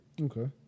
Okay